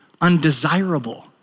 undesirable